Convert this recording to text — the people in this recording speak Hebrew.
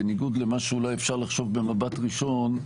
בניגוד למה שאולי אפשר לחשוב במבט ראשון,